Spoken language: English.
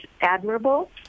admirable